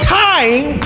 time